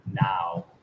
now